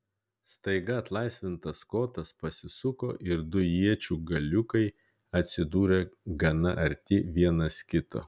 staiga atlaisvintas kotas pasisuko ir du iečių galiukai atsidūrė gana arti vienas kito